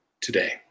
today